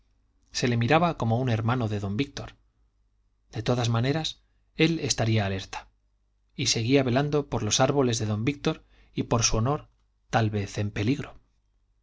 se le miraba como hermano de don víctor de todas maneras él estaría alerta y seguía velando por los árboles de don víctor y por su honor tal vez en peligro